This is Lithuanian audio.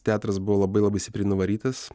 teatras buvo labai labai stipriai nuvarytas